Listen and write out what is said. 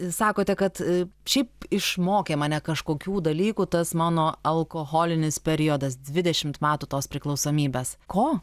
sakote kad šiaip išmokė mane kažkokių dalykų tas mano alkoholinis periodas dvidešimt metų tos priklausomybės ko